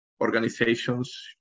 organizations